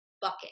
bucket